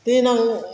देनां